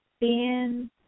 Ben